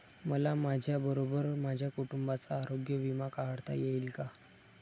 मला माझ्याबरोबर माझ्या कुटुंबाचा आरोग्य विमा काढता येईल का?